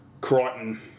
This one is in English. Crichton